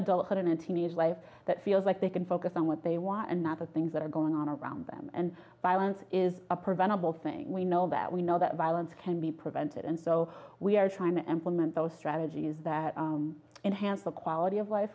adulthood in a teenage way that feels like they can focus on what they want and other things that are going on around them and violence is a preventable thing we know that we know that violence can be prevented and so we are trying to implement those strategies that enhance the quality of life